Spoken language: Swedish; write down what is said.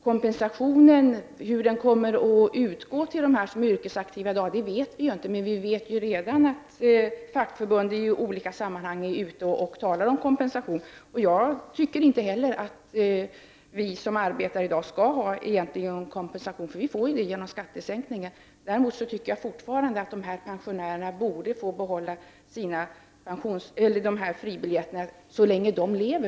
Vi vet inte hur kompensationen kommer att utgå till dem som är yrkesaktiva, men vi vet att fackförbund i olika sammanhang redan är ute och talar om kompensation, Jag tycker inte heller att vi som arbetar i dag skall ha någon kompensation, därför att vi får kompensation genom skattesänkningen. Däremot tycker jag fortfarande att dessa pensionärer borde få behålla fribiljetterna så länge de lever.